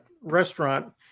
restaurant